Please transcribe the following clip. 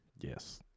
Yes